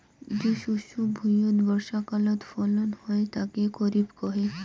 যে শস্য ভুঁইয়ত বর্ষাকালত ফলন হই তাকে খরিফ কহে